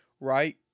Right